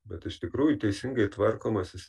bet iš tikrųjų teisingai tvarkomas jis